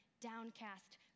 downcast